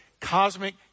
cosmic